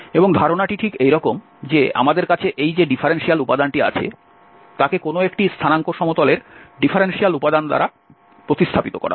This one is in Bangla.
এবং ধারণাটি ঠিক এইরকম যে আমাদের কাছে এই যে ডিফারেনশিয়াল উপাদানটি আছে তাকে কোনও একটি স্থানাঙ্ক সমতলের ডিফারেনশিয়াল উপাদান দ্বারা প্রতিস্থাপিত করা হবে